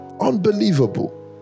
Unbelievable